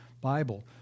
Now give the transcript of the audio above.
Bible